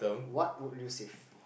what would you save